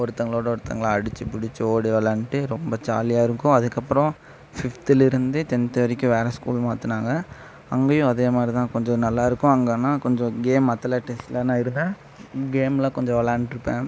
ஒருத்தவங்களோட ஒருத்தவங்களை அடிச்சு பிடிச்சி ஓடி விளையாண்ட்டு ரொம்ப ஜாலியாக இருக்கும் அதுக்கப்புறம் ஃபிப்திலிருந்து டென்த் வரைக்கும் வேறு ஸ்கூல் மாற்றுனாங்க அங்கேயும் அதேமாதிரி தான் கொஞ்சம் நல்லா இருக்கும் அங்கேன்னா கொஞ்சம் கேம் அத்தலடிக்ஸில் நான் இருந்தேன் கேம் எல்லாம் கொஞ்சம் விளையாண்டுட்டுருப்பேன்